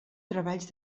treballs